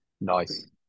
Nice